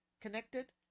connected